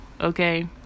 Okay